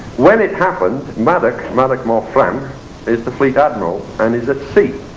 when it happened madoc, madoc morfran is the fleet admiral and is at sea